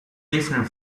different